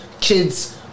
kids